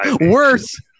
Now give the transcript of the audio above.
worse